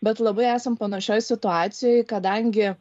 bet labai esam panašioj situacijoj kadangi